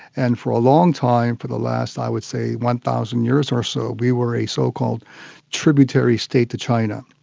and for a long time, for the last i would say one thousand years or so we were a so-called tributary states to china.